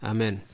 Amen